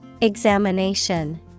Examination